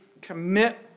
commit